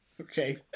Okay